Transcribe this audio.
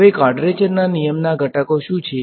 હવે કવાડ્રેચરનો નિયમના ઘટકો શું છે